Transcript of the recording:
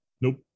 Nope